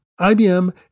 IBM